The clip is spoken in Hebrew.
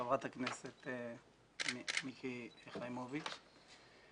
חברת הכנסת מיקי חיימוביץ'.